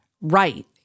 right